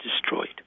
destroyed